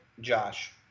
Josh